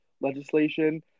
legislation